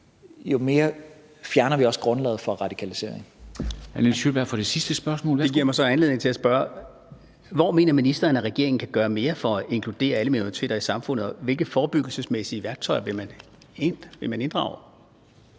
Kl. 13:50 Nils Sjøberg (RV): Det giver mig så anledning til at spørge, hvor ministeren mener regeringen kan gøre mere for at inkludere alle minoriteter i samfundet. Og hvilke forebyggelsesmæssige værktøjer vil man inddrage?